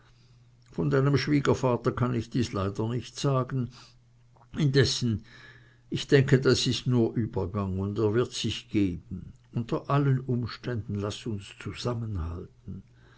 von deinem schwiegervater kann ich dies leider nicht sagen indessen ich denke das ist nur übergang und er wird sich gehen unter allen umständen laß uns zusammenhalten